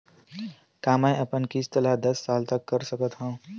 का मैं अपन किस्त ला दस साल तक कर सकत हव?